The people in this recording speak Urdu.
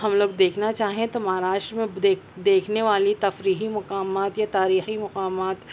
ہم لوگ دیکھنا چاہیں تو مہاراشٹر میں دیکھ دیکھنے والی تفریحی مقامات یا تاریخی مقامات